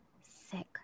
sick